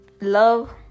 love